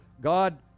God